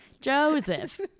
Joseph